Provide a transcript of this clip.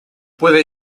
puede